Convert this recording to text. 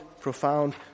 profound